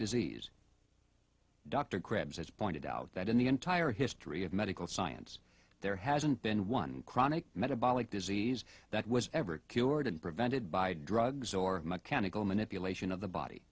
disease dr krebs has pointed out that in the entire history of medical science there hasn't been one chronic metabolic disease that was ever cured and prevented by drugs or mechanical manipulation of the body